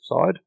side